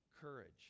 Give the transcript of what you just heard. courage